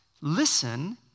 listen